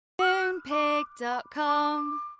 Moonpig.com